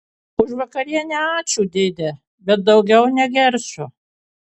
už vakarienę ačiū dėde bet daugiau negersiu